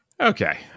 okay